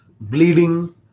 bleeding